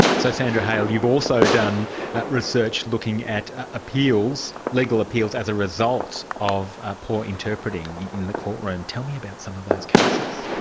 so, sandra hale, you've also done research looking at appeals, legal appeals, as a result of ah poor interpreting in the courtroom. tell me about some of those cases.